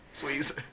Please